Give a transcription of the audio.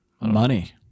Money